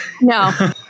no